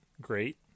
great